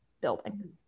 building